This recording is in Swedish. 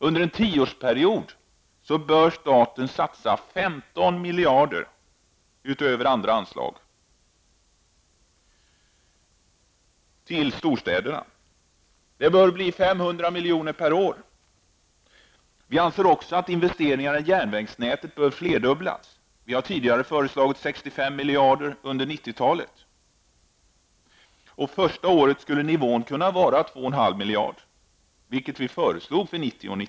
Under en tioårsperiod bör staten satsa 15 miljarder, utöver andra anslag till bl.a. järnvägsinvesteringar. Det bör bli 500 milj.kr. per år. Vi anser också att anslagen till investeringar i järnvägsnätet bör flerdubblas. Vi har tidigare föreslagit att 65 miljarder anslås till ändamålet under 90-talet. Första året bör nivån kunna vara 2,5 miljarder kronor, vilket vi föreslog för 1990/91.